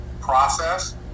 process